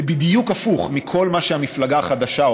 זה בדיוק הפוך מכל מה שהמפלגה החדשה או